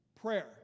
Prayer